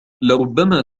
لربما